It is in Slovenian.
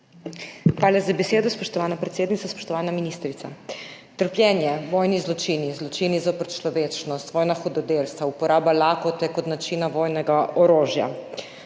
Hvala za besedo, spoštovana predsednica. Spoštovana ministrica! Trpljenje, vojni zločini, zločini zoper človečnost, vojna hudodelstva, uporaba lakote kot načina vojnega orožja,